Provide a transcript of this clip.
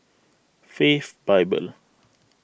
Faith Bible